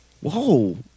Whoa